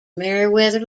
meriwether